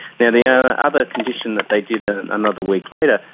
now, the ah other condition that they did ah another week later,